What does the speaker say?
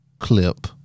clip